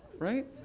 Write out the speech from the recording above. right?